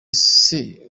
ese